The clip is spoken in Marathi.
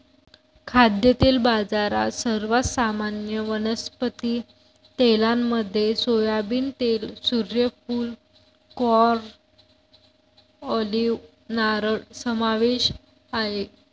खाद्यतेल बाजारात, सर्वात सामान्य वनस्पती तेलांमध्ये सोयाबीन तेल, सूर्यफूल, कॉर्न, ऑलिव्ह, नारळ समावेश आहे